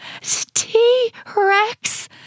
T-Rex